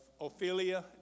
Ophelia